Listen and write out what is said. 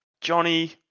Johnny